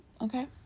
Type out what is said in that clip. Okay